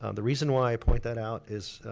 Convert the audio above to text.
um the reason why i point that out is,